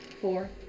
four